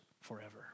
forever